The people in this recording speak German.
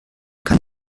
kann